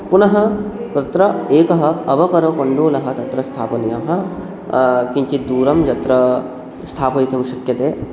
पुनः तत्र एकः अवकरकण्डूलः तत्र स्थापनीयः किञ्चित् दूरं यत्र स्थापयितुं शक्यते